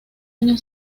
año